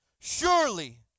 Surely